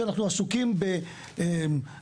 כשאנחנו עסוקים בלכרסם,